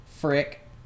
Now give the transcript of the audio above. Frick